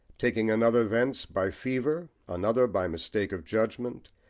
taking another thence by fever, another by mistake of judgment,